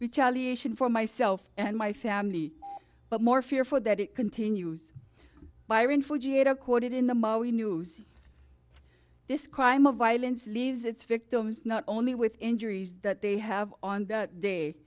retaliation for myself and my family but more fear for that it continues byron for ga to quote it in the news this crime of violence leaves its victims not only with injuries that they have on that day